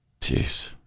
Jeez